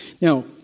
Now